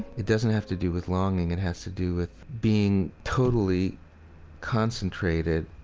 it doesn't have to do with longing it has to do with being totally concentrated,